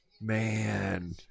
Man